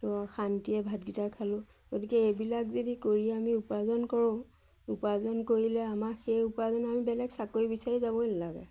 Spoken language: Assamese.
ধৰ শান্তিৰে ভাতকেইটা খালোঁ গতিকে এইবিলাক যদি কৰি আমি উপাৰ্জন কৰোঁ উপাৰ্জন কৰিলে আমাক সেই উপাৰ্জন আমি বেলেগ চাকৰি বিচাৰি যাবই নালাগে